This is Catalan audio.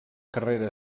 carrera